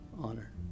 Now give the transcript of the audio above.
honor